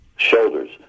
Shoulders